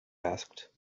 asked